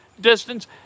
distance